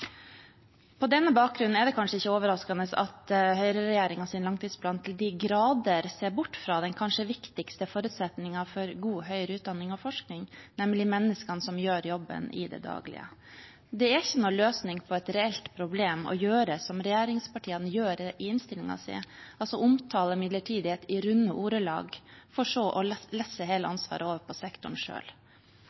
På denne bakgrunn er det kanskje ikke overraskende at høyreregjeringens langtidsplan til de grader ser bort fra den kanskje viktigste forutsetningen for god høyere utdanning og forskning, nemlig menneskene som gjør jobben i det daglige. Det er ikke noen løsning på et reelt problem å gjøre som regjeringspartiene gjør i innstillingen sin, altså omtale midlertidighet i runde ordelag for så å lesse hele ansvaret over på sektoren